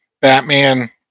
Batman